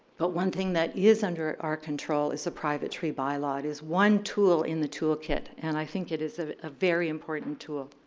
but one thing that is under our control is a private tree by law. it is one tool in the tool kit and i think it is ah a very important tool.